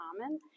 common